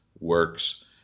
works